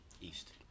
East